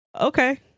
okay